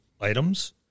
items